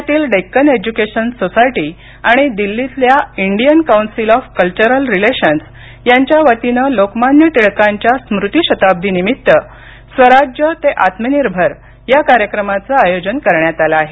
पुण्यातील Deccan education society आणि दिल्लीतल्या Indian council of cultural relations ICCR यांच्यावतीनं लोकमान्य टिळकांच्या स्मृती शताब्दीनिमित्त स्वराज्य ते आत्मनिर्भर या कार्यक्रमाचं आयोजन करण्यात आलं आहे